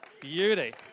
Beauty